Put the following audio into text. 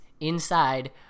inside